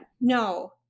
no